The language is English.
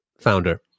founder